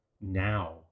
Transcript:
now